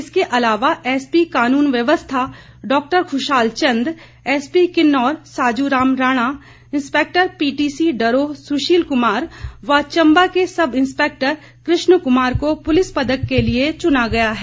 इसके अलावा एसपी का्नन व्यवस्था डॉ Khushhal Chand SP Kinnaur Sajuram Rana inspector PTC Daroh Sushil Kumar व चंबा के सब इंस्टपेक्टर कृष्ण कुमार को पुलिस पदक के लिए चुना गया है